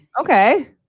Okay